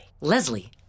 Leslie